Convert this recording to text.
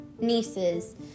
nieces